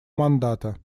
мандата